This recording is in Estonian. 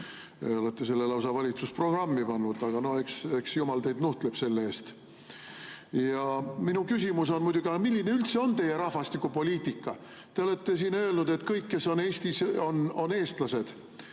Olete selle lausa valitsusprogrammi pannud. Aga noh, eks jumal nuhtleb teid selle eest. Minu küsimus on muidugi, et aga milline üldse on teie rahvastikupoliitika. Te olete siin öelnud, et kõik, kes on Eestis, on eestlased.